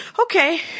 okay